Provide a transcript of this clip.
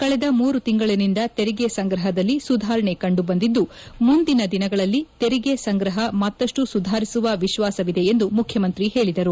ಕಳೆದ ಮೂರು ತಿಂಗಳಿನಿಂದ ತೆರಿಗೆ ಸಂಗ್ರಹದಲ್ಲಿ ಸುಧಾರಣೆ ಕಂಡುಬಂದಿದ್ದು ಮುಂದಿನ ದಿನಗಳಲ್ಲಿ ತೆರಿಗೆ ಸಂಗ್ರಹ ಮತ್ತಷ್ಟು ಸುಧಾರಿಸುವ ವಿಶ್ವಾಸವಿದೆ ಎಂದೂ ಮುಖ್ಯಮಂತ್ರಿ ಹೇಳಿದರು